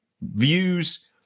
views